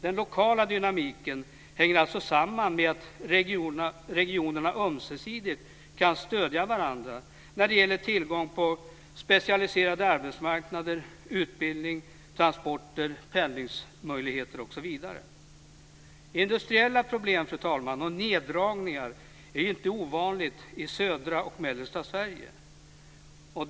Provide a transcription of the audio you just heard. Den lokala dynamiken hänger alltså samman med att regionerna ömsesidigt kan stödja varandra när det gäller tillgång till specialiserade arbetsmarknader, utbildning, transporter, pendlingsmöjligheter osv. Industriella problem och neddragningar är inte ovanliga i södra och mellersta Sverige.